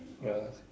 ya